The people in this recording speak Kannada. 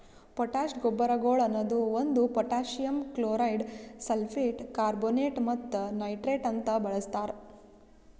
ಪೊಟ್ಯಾಶ್ ಗೊಬ್ಬರಗೊಳ್ ಅನದು ಒಂದು ಪೊಟ್ಯಾಸಿಯಮ್ ಕ್ಲೋರೈಡ್, ಸಲ್ಫೇಟ್, ಕಾರ್ಬೋನೇಟ್ ಮತ್ತ ನೈಟ್ರೇಟ್ ಅಂತ ಬಳಸ್ತಾರ್